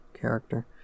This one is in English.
character